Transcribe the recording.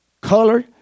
Color